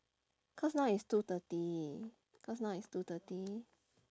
cause now is two thirty cause now is two thirty